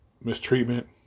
mistreatment